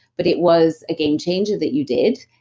but it was a game changer that you did?